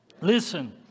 listen